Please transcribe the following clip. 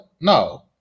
No